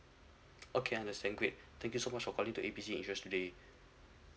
okay understand great thank you so much for calling to A B C insurance today